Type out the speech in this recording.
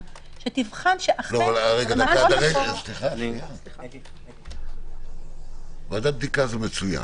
שתבחן שאכן- -- ועדת בדיקה זה מצוין.